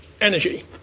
energy